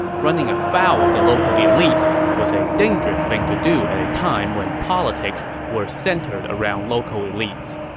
running afoul of the local elites was a dangerous thing to do at a time when politics were centered around local elites.